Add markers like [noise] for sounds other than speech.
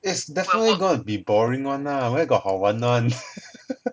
is defintely gonna be boring [one] lah where got 好玩 [one] [laughs]